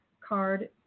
card